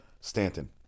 Stanton